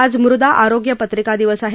आज मृदा आरोग्य पत्रिका दिवस आहे